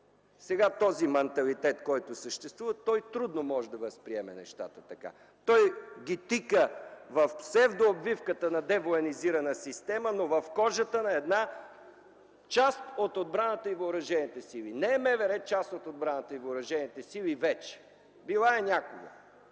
Сега този манталитет, който съществува, трудно може да възприеме нещата така. Той ги тика в псевдообвивката на девоенизирана система, но в кожата на една част от отбраната и Въоръжените сили. МВР вече не е част от отбраната и Въоръжените сили – било е някога.